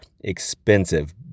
expensive